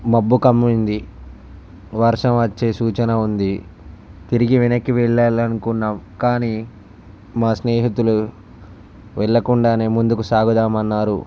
మబ్బు కమ్మింది వర్షం వచ్చే సూచన ఉంది తిరిగి వెనకకి వెళ్ళాలని అనుకున్నాం కానీ మా స్నేహితులు వెళ్ళకుండా ముందుకు సాగుదాం అన్నారు